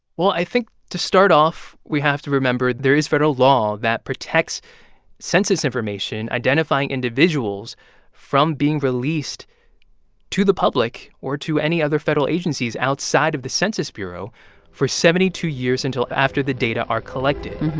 well, i think to start off, we have to remember there is federal law that protects census information identifying individuals from being released to the public or to any other federal agencies outside of the census bureau for seventy two years until after the data are collected